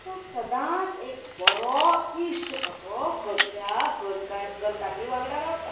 तो सदांच एक बरो इश्ट कसो घरच्या घरकान्नी वांगडां रावता